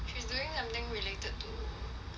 she is doing something related to